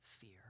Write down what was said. fear